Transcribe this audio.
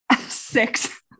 Six